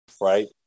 right